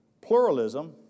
pluralism